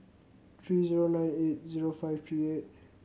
three zero nine eight zero five three eight